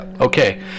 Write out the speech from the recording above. Okay